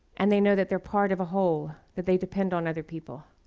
and they know that they're part of a whole, that they depend on other people.